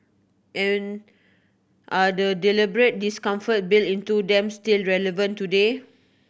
and are the deliberate discomforts built into them still relevant today